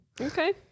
Okay